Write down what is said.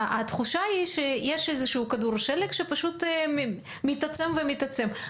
התחושה היא שיש איזשהו כדור שלג שפשוט מתעצם ומתעצם.